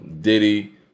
Diddy